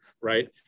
right